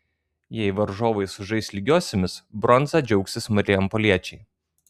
jei varžovai sužais lygiosiomis bronza džiaugsis marijampoliečiai